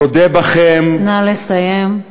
רודה בכם, נא לסיים.